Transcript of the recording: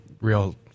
real